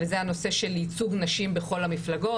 וזה הנושא של ייצוג נשים בכל המפלגות.